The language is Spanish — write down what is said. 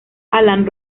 allan